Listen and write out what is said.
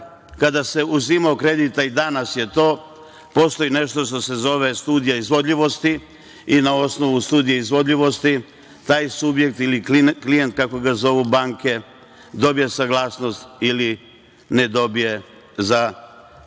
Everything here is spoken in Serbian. kada se uzimao kredi, a i danas je to postoji nešto što se zove studija izvodljivosti. A na osnovu studije izvodljivosti taj subjekt ili klijent, kako ga zovu banke, dobija saglasnost ili ne dobije za kredit.